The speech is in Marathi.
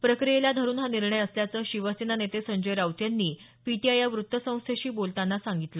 प्रक्रियेला धरुन हा निर्णय असल्याचं शिवसेना नेते संजय राऊत यांनी पीटीआय या वृत्तसंस्थेशी बोलताना सांगितलं